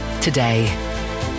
today